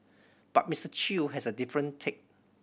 but Mister Chew has a different take